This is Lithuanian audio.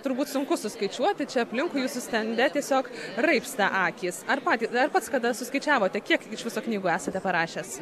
turbūt sunku suskaičiuoti čia aplinkui jūsų stende tiesiog raibsta akys ar patį ar pats kada suskaičiavote kiek iš viso knygų esate parašęs